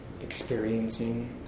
experiencing